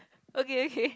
okay okay